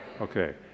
Okay